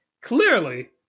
clearly